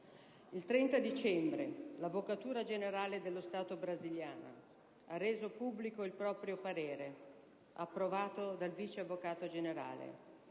il 30 dicembre 2010, l'Avvocatura generale dello Stato brasiliana ha reso pubblico il proprio parere, approvato dal Vice Avvocato generale,